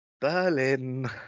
Berlin